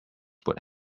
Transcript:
would